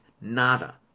Nada